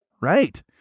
Right